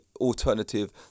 alternative